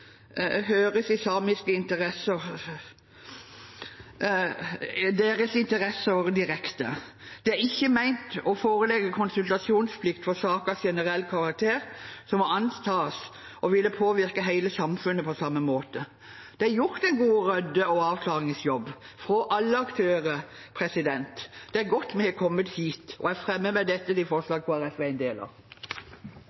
interesser direkte. Det er ikke ment å foreligge konsultasjonsplikt for saker av generell karakter som må antas å ville påvirke hele samfunnet på samme måte. Det er gjort en god rydde- og avklaringsjobb fra alle aktører. Det er godt vi er kommet hit. Jeg har lyst til å starte med